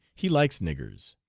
he likes niggers